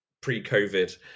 pre-COVID